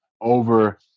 over